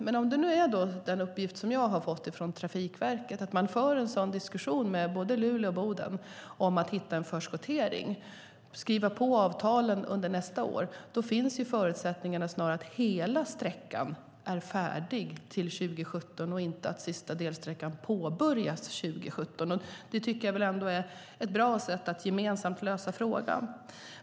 Men enligt uppgift från Trafikverket för man en diskussion med både Luleå och Boden om att hitta en förskottering och skriva på avtalen under nästa år. Då finns förutsättningarna för att hela sträckan är färdig till 2017 i stället för att sista delsträckan påbörjas 2017. Det är ett bra sätt att gemensamt lösa frågan.